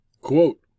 quote